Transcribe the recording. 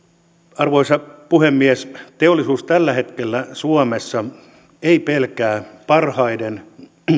arvoisa puhemies teollisuus tällä hetkellä suomessa ei pelkää parhaiden